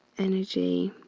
energy